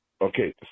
Okay